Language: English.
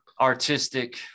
artistic